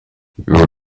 you